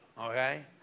Okay